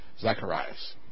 Zacharias